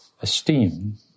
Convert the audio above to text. esteem